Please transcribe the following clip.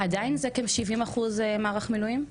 עדיין זה כ- 70 אחוז מערך המילואים?